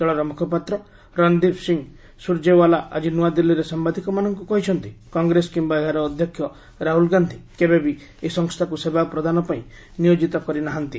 ଦଳର ମୁଖପାତ୍ର ରଣଦୀପ୍ ସିଂ ସୁରଜେଓ୍ବାଲା ଆଜି ନ୍ତଆଦିଲ୍ଲୀରେ ସାମ୍ଭାଦିକମାନଙ୍କୁ କହିଛନ୍ତି କଂଗ୍ରେସ୍ କିମ୍ବା ଏହାର ଅଧ୍ୟକ୍ଷ ରାହୁଲ୍ ଗାନ୍ଧି କେବେବି ଏହି ସଂସ୍ଥାକୁ ସେବା ପ୍ରଦାନପାଇଁ ନିୟୋଜିତ କରି ନାହାନ୍ତି